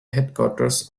headquarters